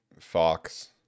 Fox